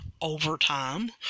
overtime